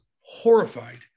horrified